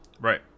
right